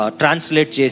translate